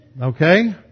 Okay